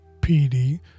PD